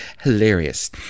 hilarious